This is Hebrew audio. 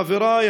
חבריי,